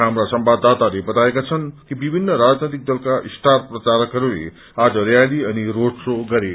हाप्रा संवाददाताले बताएका छन् कि विभिन्न राजनैतिक दलका स्टार प्रचारकहरूले आज रयाली अनि रोड श्रो गरे